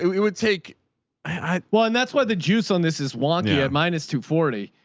it would take i well. and that's why the juice on this is wonky at minus two forty.